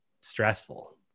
stressful